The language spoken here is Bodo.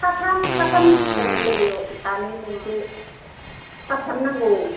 साथाम साथाम लोगोआव सानै लेंदो साथाम नांगौ